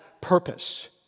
purpose